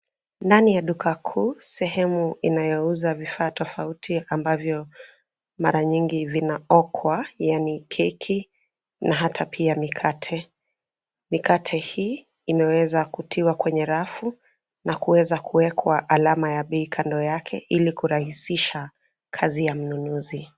Ndani ya duka kuu sehemu inayouza vifaa tofauti ambavyo mara nyingi vinaokwa yaani keki na hata pia mikate. Mikate hii inaweza kutiwa kwenye rafu na kuweza kuwekwa alama ya bei kando yake ili kurahisisha kazi ya mnunuzi.